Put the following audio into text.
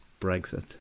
Brexit